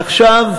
עכשיו,